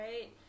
right